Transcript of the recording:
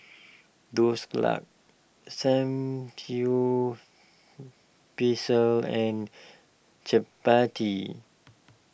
Dhoskla Samgyeopsal and Chapati